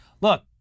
look